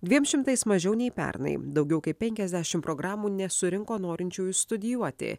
dviem šimtais mažiau nei pernai daugiau kaip penkiasdešimt programų nesurinko norinčiųjų studijuoti